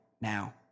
now